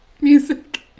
Music